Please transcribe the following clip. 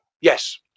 Yes